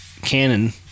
canon